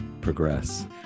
progress